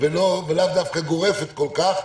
ולאו דווקא גורפת כל כך,